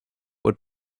would